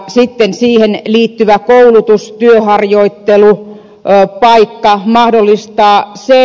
sitten siihen liittyvä koulutus tai työharjoittelupaikka mahdollistaa se